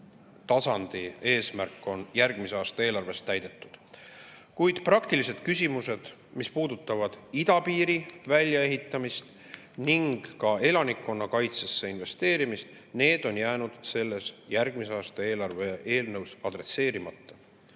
tasandi eesmärk on järgmise aasta eelarves täidetud. Kuid praktilised küsimused, mis puudutavad idapiiri väljaehitamist ning ka elanikkonnakaitsesse investeerimist, on jäänud järgmise aasta eelarve eelnõus adresseerimata.